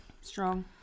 strong